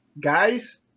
Guys